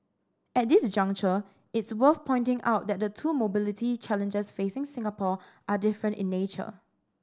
at this juncture it's worth pointing out that the two mobility challenges facing Singapore are different in nature